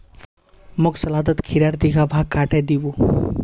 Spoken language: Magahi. मोक सलादत खीरार तीखा भाग काटे दी बो